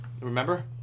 Remember